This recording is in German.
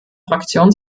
fraktion